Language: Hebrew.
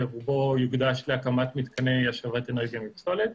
שרובו יוקדש להקמת מתקני השבת אנרגיה מפסולת